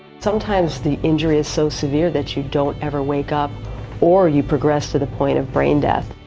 sometimes the injury is so severe that you don't ever wake up or you progress to the point of brain death.